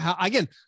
Again